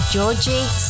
Georgie